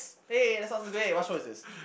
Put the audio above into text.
aye that sounds great what show is this